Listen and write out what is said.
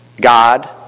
God